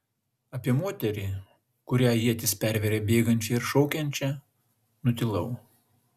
apie moterį kurią ietis perveria bėgančią ir šaukiančią nutilau